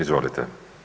Izvolite.